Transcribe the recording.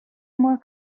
more